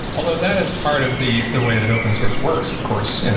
although that is part of the the way that open source works. of course,